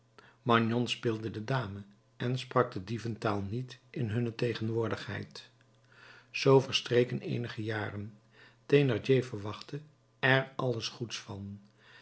magnon speelde de dame en sprak de dieventaal niet in hunne tegenwoordigheid zoo verstreken eenige jaren thénardier verwachtte er alles goeds van